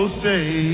say